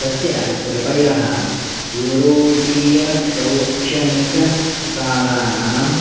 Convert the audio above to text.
तस्य कृतयः यूरोपीयशैक्षणिककलानाम्